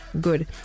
Good